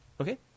Okay